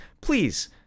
Please